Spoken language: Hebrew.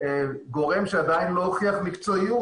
ולא כגורם שעדיין לא הוכיח מקצועיות.